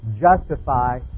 justify